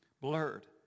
blurred